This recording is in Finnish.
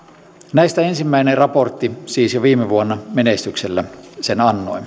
näistä ensimmäisen raportin siis jo viime vuonna menestyksellä annoimme